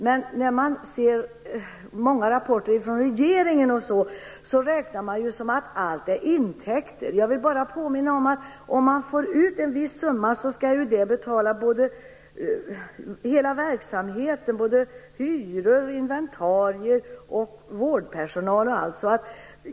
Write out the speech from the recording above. Men i många rapporter från regeringen räknas allt som intäkter. Jag vill bara påminna om att den summa som en läkare får ut skall täcka hela verksamheten - hyror, inventarier, vårdpersonal etc.